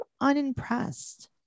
unimpressed